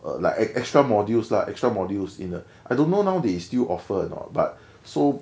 err like extra modules lah extra modules in ah I don't know now they still offer or not but so